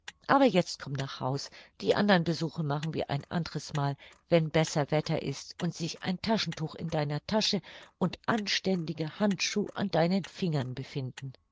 aber jetzt komm nach haus die andern besuche machen wir ein andres mal wenn besser wetter ist und sich ein taschentuch in deiner tasche und anständige handschuh an deinen fingern befinden